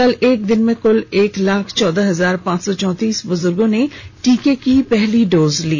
कल एक दिन में कुल एक लाख चौदह हजार पांच सौ चौंतीस बुजुर्गों ने टीके की पहली डोज ली